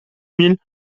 mille